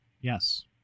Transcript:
Yes